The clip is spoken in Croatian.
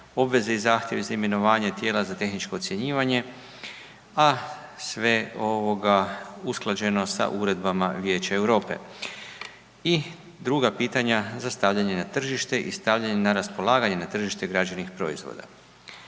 obveze i zahtjevi za imenovanje tijela za tehničko ocjenjivanje, a sve ovoga usklađeno sa Uredbama Vijeća Europe, i druga pitanja za stavljanje na tržište i stavljanje na raspolaganje na tržište građevnih proizvoda.